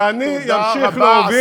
ואני אמשיך לעודד,